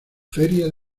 feria